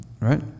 right